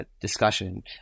discussion